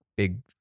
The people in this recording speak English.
Big